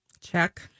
Check